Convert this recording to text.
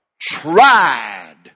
Tried